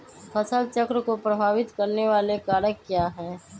फसल चक्र को प्रभावित करने वाले कारक क्या है?